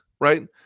right